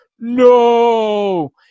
No